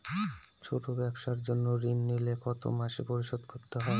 ছোট ব্যবসার জন্য ঋণ নিলে কত মাসে পরিশোধ করতে হয়?